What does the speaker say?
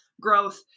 growth